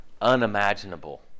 unimaginable